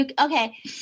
Okay